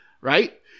right